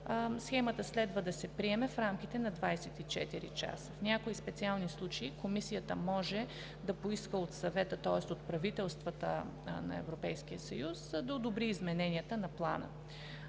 схемата следва да се приеме в рамките на 24 часа. В някои специални случаи Комисията може да поиска от Съвета, тоест от правителствата на Европейския съюз, да одобри измененията на плана. Там